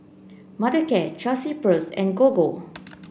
Mothercare Chelsea Peers and Gogo